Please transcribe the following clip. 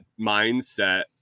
mindset